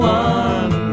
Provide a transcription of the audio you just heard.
one